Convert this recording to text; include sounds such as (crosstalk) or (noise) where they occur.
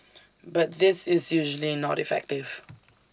but this is usually not effective (noise)